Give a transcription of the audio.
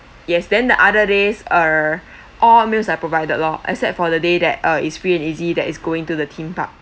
yes then the other days uh all meals are provided loh except for the day that uh is free and easy that is going to the theme park